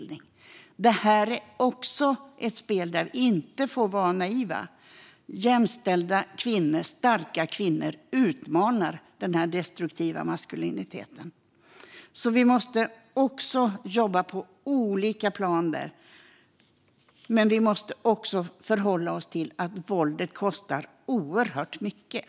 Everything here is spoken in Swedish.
Det här är också ett spel där vi inte får vara naiva. Jämställda, starka kvinnor utmanar den här destruktiva maskuliniteten. Vi måste jobba på olika plan där, men vi måste också förhålla oss till att våldet kostar oerhört mycket.